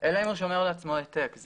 אלא אם הוא שומר לעצמו העתק.